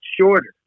shorter